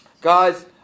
Guys